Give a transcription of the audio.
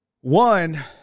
One